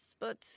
but